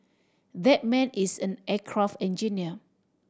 that man is an aircraft engineer